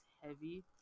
heavy